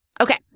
Okay